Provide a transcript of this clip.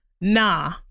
Nah